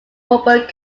robert